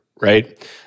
right